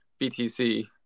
BTC